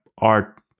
art